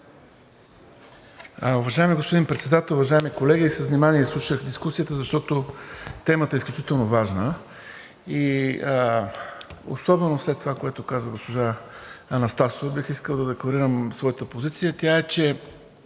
Уважаеми господин Председател, уважаеми колеги! С внимание изслушах дискусията, защото темата е изключително важна, особено след това, което каза госпожа Анастасова, бих искал да декларирам своята позиция. Тя е, че